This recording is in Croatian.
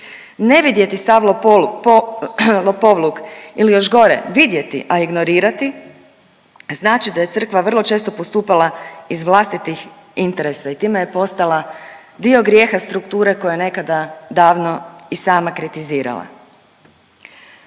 ne vidjeti sav lopovluk ili još gore, vidjeti, a ignorirati, znači da je crkva vrlo često postupala iz vlastitih interesa i time je postala dio grijeha strukture koju je nekada davno i sama kritizirala.